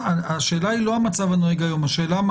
השאלה היא לא המצב הנוהג כיום אלא מה